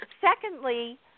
secondly